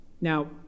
Now